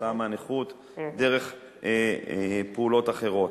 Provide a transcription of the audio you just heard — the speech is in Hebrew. כתוצאה מהנכות דרך פעולות אחרות.